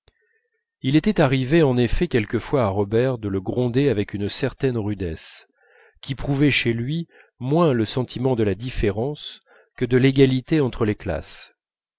il était arrivé en effet quelquefois à robert de le gronder avec une certaine rudesse qui prouvait chez lui moins le sentiment de la différence que de l'égalité entre les classes